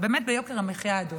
אבל באמת, יוקר המחיה, אדוני,